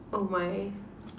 oh my